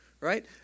right